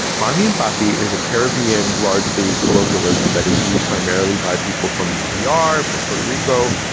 mommy and poppy is a caribbean largely colloquialism that is used primarily by people from the d r. for puerto rico.